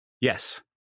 yes